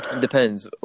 depends